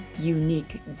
unique